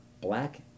black